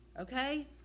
Okay